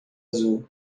azul